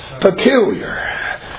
Peculiar